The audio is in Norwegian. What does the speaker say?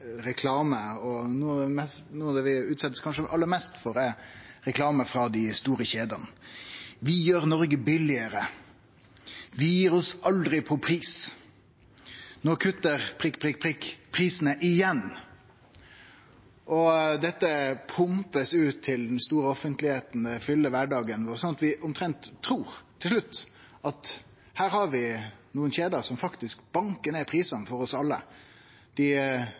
det vi kanskje blir aller mest utsett for, er reklame frå dei store kjedene: «Vi gjør Norge billigere.» «Vi gir oss aldri på pris.» «Nå kutter ... prisene igjen.» Dette blir pumpa ut til den store offentlegheita og fyller kvardagen vår, sånn at vi omtrent trur, til slutt, at her har vi nokre kjeder som faktisk bankar ned prisane for oss alle, at dei